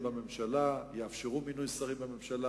יאפשרו מינוי שרים בממשלה.